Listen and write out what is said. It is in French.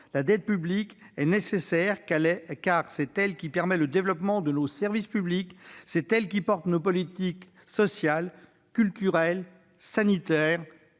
La dette publique est nécessaire, car elle permet le développement de nos services publics et soutient nos politiques sociales, culturelles, sanitaires,